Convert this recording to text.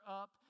up